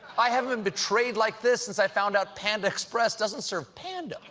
i haven't been betrayed like this since i found out panda express doesn't serve pand